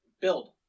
Build